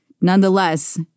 nonetheless